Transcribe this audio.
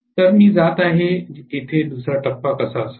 तर मी जात आहे की येथे दुसरा टप्पा कसा असावा